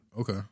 Okay